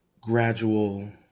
gradual